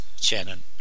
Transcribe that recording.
Shannon